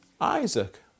Isaac